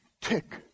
tick